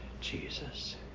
jesus